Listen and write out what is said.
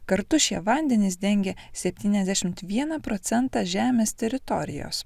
kartu šie vandenys dengia septyniasdešimt vieną procentą žemės teritorijos